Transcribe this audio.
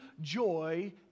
joy